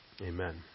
Amen